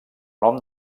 nom